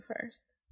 first